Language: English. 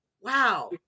wow